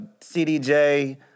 CDJ